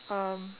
um